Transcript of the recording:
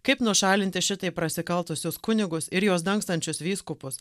kaip nušalinti šitaip prasikaltusius kunigus ir jos dangstančius vyskupus